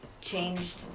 changed